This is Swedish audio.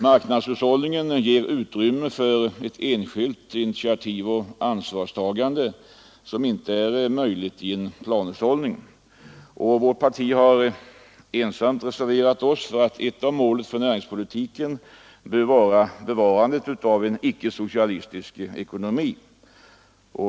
Marknadshushållningen ger utrymme för ett enskilt initiativ och ett ansvarstagande som inte är möjligt i en planhushållning. I vårt parti har vi varit ensamma om att reservera oss för att ett av målen för näringspolitiken bör vara bevarandet av en icke-socialistisk ekonomi.